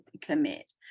commit